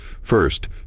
first